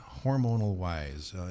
Hormonal-wise